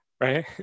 Right